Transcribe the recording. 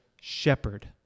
shepherd